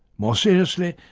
more seriously,